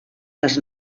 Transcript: les